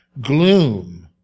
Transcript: gloom